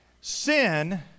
Sin